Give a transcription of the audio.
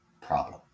problem